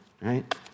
right